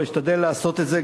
אבל אשתדל לעשות את זה,